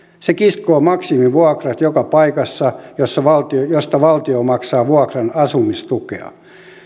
se kiskoo maksimivuokrat joka paikasta josta valtio josta valtio maksaa vuokran asumistukea